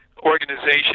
organization